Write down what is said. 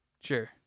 Sure